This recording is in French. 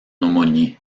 aumônier